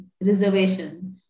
reservation